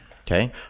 okay